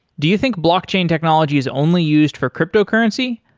do you think blockchain technology is only used for crypto currency?